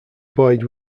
boyd